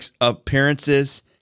appearances